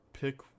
Pick